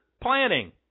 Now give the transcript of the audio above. planning